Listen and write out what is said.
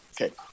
Okay